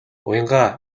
уянгаа